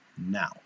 now